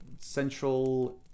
Central